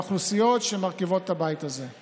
חברי הכנסת של כחול לבן שנמצאים בוועדת החוקה,